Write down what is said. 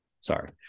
Sorry